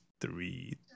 three